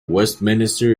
westminster